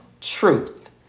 truth